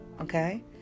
Okay